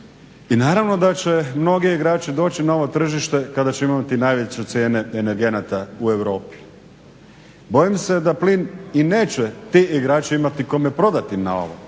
i naravno da će mnogi igrači doći na ovo tržište kada će imati najveće cijene energenata u Europi. Bojim se da plin i neće ti igrači imati kome prodati na ovom.